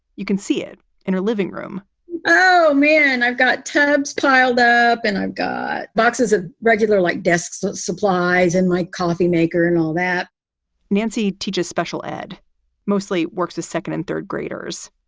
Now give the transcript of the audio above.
you can see it in her living room oh, man. i've got tubs piled up and i've got boxes of regular, like desks, supplies and my coffeemaker and all that nancy teaches special ed mostly works the second and third graders.